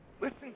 Listen